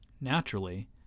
naturally